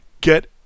Get